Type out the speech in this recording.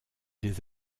des